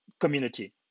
community